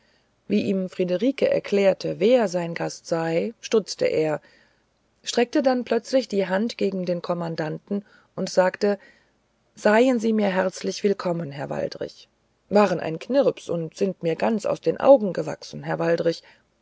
wie ihm friederike erklärte wer ihr gast sei stutzte er streckte dann plötzlich die hand gegen den kommandanten und sagte seien sie mir sehr willkommen herr waldrich waren ein knirps und sind mir ganz aus den augen gewachsen herr waldrich